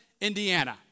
Indiana